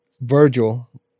Virgil